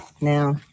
Now